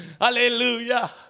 Hallelujah